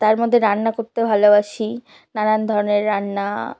তার মধ্যে রান্না করতে ভালোবাসি নানান ধরনের রান্না